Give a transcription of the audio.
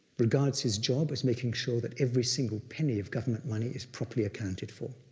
regards his job as making sure that every single penny of government money is properly accounted for.